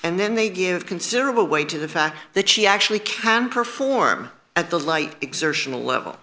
and then they give considerable weight to the fact that she actually can perform at the light exertional level